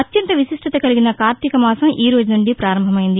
అత్యంత విశిష్ణత కలిగిన కార్తీక మాసం ఈ రోజు నుండి ప్రారంభమైంది